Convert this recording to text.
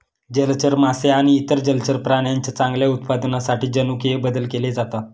जलचर मासे आणि इतर जलचर प्राण्यांच्या चांगल्या उत्पादनासाठी जनुकीय बदल केले जातात